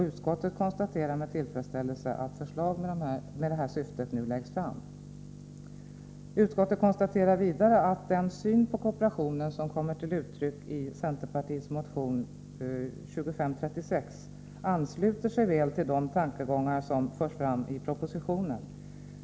Utskottet konstaterar med tillfredsställelse att förslag med detta syfte nu läggs fram. Utskottet konstaterar vidare att den syn på kooperation som kommer till uttryck i centermotionen 2536 ansluter sig väl till de tankegångar som förs fram i propositionen.